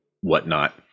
whatnot